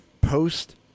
post